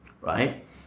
right